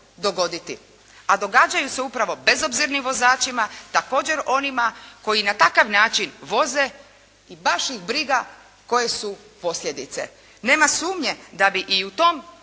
dogoditi, a događaju se upravo bezobzirnim vozačima također onima koji na takav način voze i baš ih briga koje su posljedice. Nema sumnje da bi i u tom